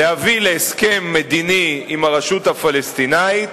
להביא להסכם מדיני עם הרשות הפלסטינית,